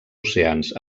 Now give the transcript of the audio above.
oceans